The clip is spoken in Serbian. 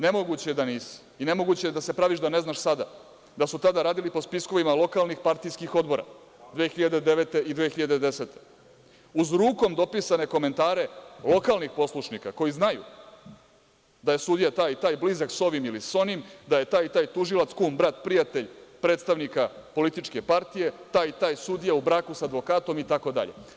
Nemoguće da nisi i nemoguće je da se praviš da ne znaš sada da su radili po spiskovima lokalnih partijskih odbora 2009. i 2010. godine uz rukom dopisane komentare lokalnih poslušnika koji znaju da je sudija taj i taj blizak sa ovim ili sa onim, da je taj i taj tužilac, kum, brat, prijatelj predstavnika političke partije, taj i taj sudija u braku sa advokatom itd.